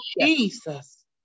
Jesus